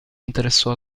interessò